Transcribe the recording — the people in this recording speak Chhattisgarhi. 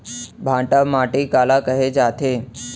भांटा माटी काला कहे जाथे?